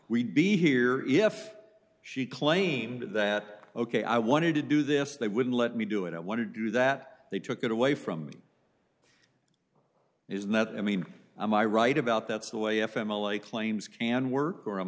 we'd be here if she claimed that ok i wanted to do this they wouldn't let me do it i want to do that they took it away from me isn't that i mean i'm i right about that's the way a family claims can work or am